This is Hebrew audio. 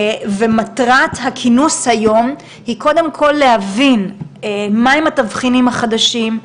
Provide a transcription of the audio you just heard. ומטרת הכינוס היום היא קודם כל להבין מהם התבחינים החדשים,